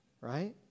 Right